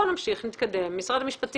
בוא נמשיך, נתקדם, משרד המשפטים